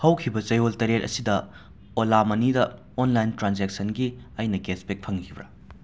ꯍꯧꯈꯤꯕ ꯆꯌꯣꯜ ꯇꯔꯦꯠ ꯑꯁꯤꯗ ꯑꯣꯂꯥ ꯃꯅꯤꯗ ꯑꯣꯟꯂꯥꯏꯟ ꯇ꯭ꯔꯥꯟꯖꯦꯛꯁꯟꯒꯤ ꯑꯩꯅ ꯀꯦꯁꯕꯦꯛ ꯐꯪꯈꯤꯕꯔ